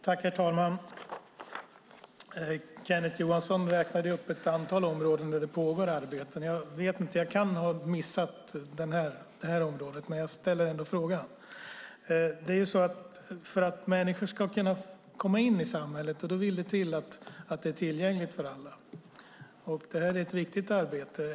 Herr talman! Kenneth Johansson räknade upp ett antal områden där det pågår arbete. Jag kan ha missat det område jag vill fråga om, men jag ställer ändå frågan. För att människor ska kunna komma in i samhället vill det till att det är tillgängligt för alla. Det är ett viktigt arbete.